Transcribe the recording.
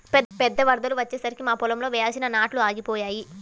పెద్ద వరదలు వచ్చేసరికి మా పొలంలో వేయాల్సిన నాట్లు ఆగిపోయాయి